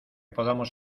podamos